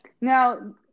Now